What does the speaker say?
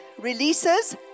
releases